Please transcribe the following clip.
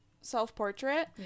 self-portrait